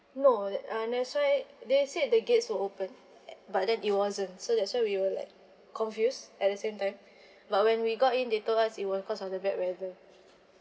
no that uh that's why they said the gates were open but then it wasn't so that's why we were like confused at the same time but when we got in they told us it was because of the bad weather